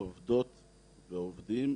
עובדות ועובדים,